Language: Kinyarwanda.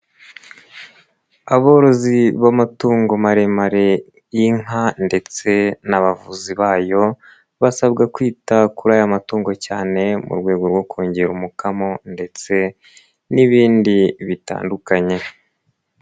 Aborozi b'amatungo maremare y'inka ndetse n'abavuzi bayo, basabwa kwita kuri aya matungo cyane mu rwego rwo kongera umukamo ndetse n'ibindi bitandukanye.